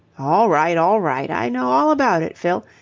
all right! all right! i know all about it, fill.